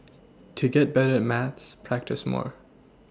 to get better at maths practise more